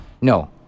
No